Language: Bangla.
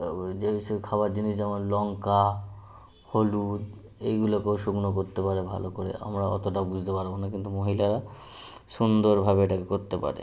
ওই যেই সে খাবার জিনিস যেমন লঙ্কা হলুদ এইগুলোকেও শুকনো করতে পারে ভালো করে আমরা অতোটাও বুঝতে পারবো না কিন্তু মহিলারা সুন্দরভাবে এটাকে করতে পারে